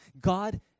God